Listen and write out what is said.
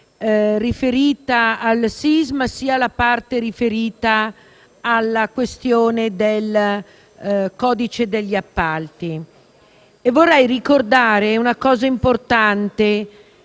riferita al sisma, sia la parte riferita alla questione del codice degli appalti. Vorrei anche ricordare una cosa importante: